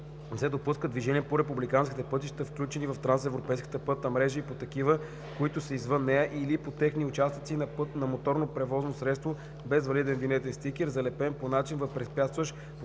не допускат движение по републиканските пътища, включени в трансевропейската пътна мрежа, и по такива, които са извън нея, или по техни участъци на моторно превозно средство без валиден винетен стикер, залепен по начин, възпрепятстващ повторното